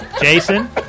Jason